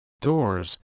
doors